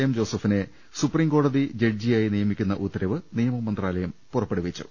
M ജോസഫിനെ സുപ്രീംകോട്ടതി ജഡ്ജിയായി നിയമിക്കുന്ന ഉത്തരവ് നിയമ മന്ത്രാലയം പുറപ്പെടുവിച്ചു